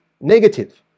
negative